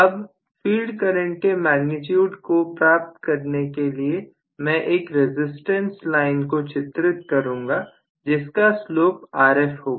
अब field current के magnitude को प्राप्त करने के लिए मैं एक रसिस्टेंस लाइन को चित्रित करूंगा जिसका स्लोप Rf होगा